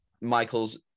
Michael's